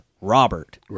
Robert